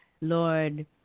Lord